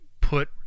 put